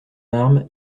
arme